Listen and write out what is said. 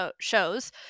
shows